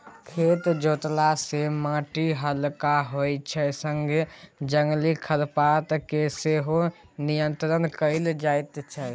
खेत जोतला सँ माटि हलका होइ छै संगे जंगली खरपात केँ सेहो नियंत्रण कएल जाइत छै